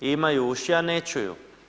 Imaju uši, a ne čuju.